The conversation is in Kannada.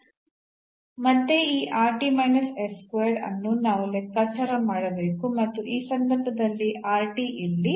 ಮತ್ತೆ ಈ ಅನ್ನು ನಾವು ಲೆಕ್ಕಾಚಾರ ಮಾಡಬೇಕು ಮತ್ತು ಈ ಸಂದರ್ಭದಲ್ಲಿ ಇಲ್ಲಿ